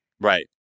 Right